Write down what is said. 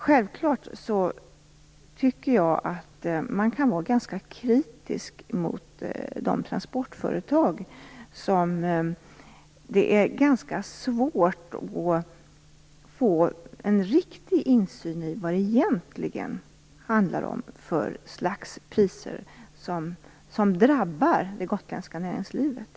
Självfallet tycker jag att man kan vara ganska kritisk mot dessa transportföretag och begära en insyn i vad för slags priser som drabbar det gotländska näringslivet.